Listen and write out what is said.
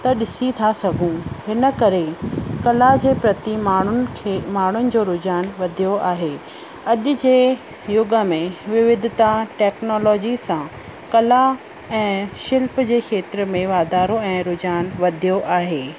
त ॾिसी था सघूं हिन करे कला जे प्रति माण्हुनि खे माण्हुनि जो रूझान वधियो आहे अॼु जे युग में विविधता टैक्नोलॉजी सां कला ऐं शिल्प जे क्षेत्र में वाधारो ऐं रूझान वधियो आहे